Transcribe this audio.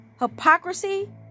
hypocrisy